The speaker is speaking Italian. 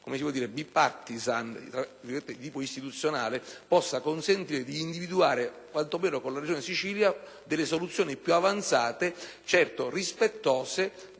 una riflessione *bipartisan*, di tipo istituzionale, possa consentire di individuare quanto meno con la Regione Siciliana delle soluzioni più avanzate, certo rispettose